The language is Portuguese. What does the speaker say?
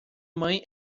mãe